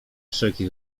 wszelki